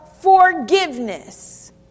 forgiveness